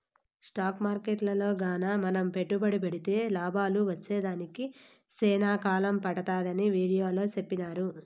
stock మార్కెట్టులో గాన మనం పెట్టుబడి పెడితే లాభాలు వచ్చేదానికి సేనా కాలం పడతాదని వీడియోలో సెప్పినారు